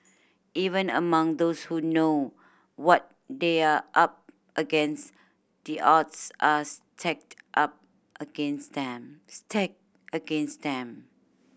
even among those who know what they are up against the odds are stacked a against them stacked against them